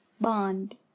bond